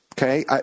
Okay